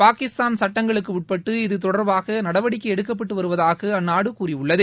பாகிஸ்தான் சட்டங்களுக்கு உட்பட்டு இதுதொடர்பாக நடவடிக்கை எடுக்கப்பட்டு வருவதாக அந்நாடு கூறியுள்ளது